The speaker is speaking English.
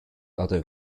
other